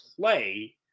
play